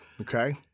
Okay